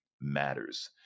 matters